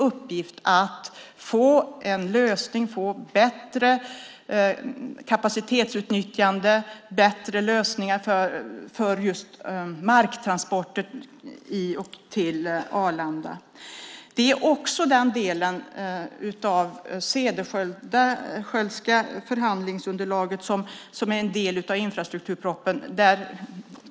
Uppgiften är att hitta en lösning, få bättre kapacitetsutnyttjande och bättre lösningar för just marktransporter till och från Arlanda. Den delen av det Cederschiöldska förhandlingsunderlaget är också en del av infrastrukturpropositionen.